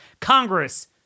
Congress